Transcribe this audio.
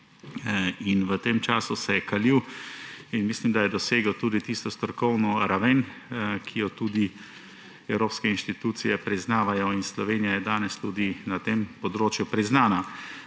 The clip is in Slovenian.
in v tem času se je kalil in mislim, da je dosegel tudi tisto strokovno raven, ki jo tudi evropske institucije priznavajo, in Slovenija je danes tudi na tem področju priznana.